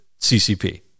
CCP